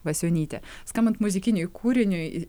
vasionytė skambant muzikiniui kūriniui